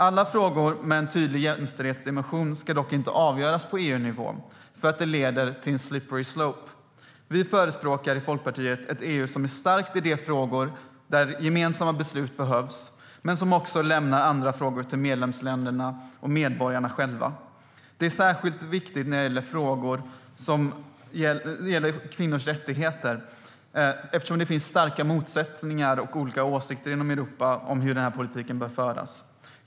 Alla frågor med en tydlig jämställdhetsdimension ska dock inte avgöras på EU-nivå. Det leder nämligen till en slippery slope. Vi i Folkpartiet förespråkar ett EU som är starkt i de frågor där gemensamma beslut behövs men lämnar andra frågor till medlemsländerna och medborgarna själva. Det är särskilt viktigt när det gäller frågor som kvinnors rättigheter, eftersom det finns starka motsättningar och olika åsikter i Europa om hur den här politiken bör föras.